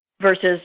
versus